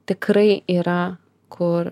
tikrai yra kur